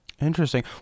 Interesting